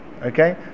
Okay